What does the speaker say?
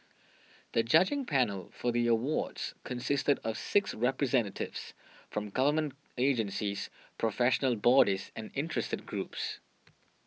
the judging panel for the Awards consisted of six representatives from government agencies professional bodies and interested groups